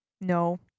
No